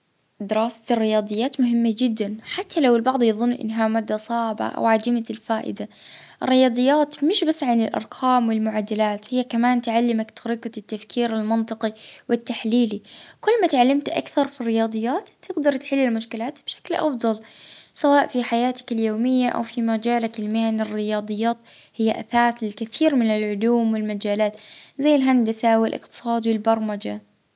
ا اه الرياضيات تنمي التفكير المنطقي وتحل اه مشاكل الحياة اليومية.